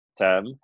term